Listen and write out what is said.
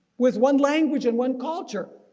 with one language and one culture.